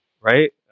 right